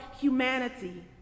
humanity